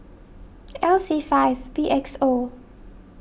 L C five B X O